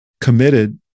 committed